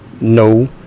no